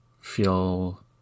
feel